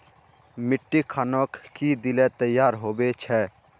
मिट्टी खानोक की दिले तैयार होबे छै?